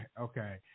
Okay